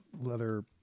leather